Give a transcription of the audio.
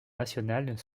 nationales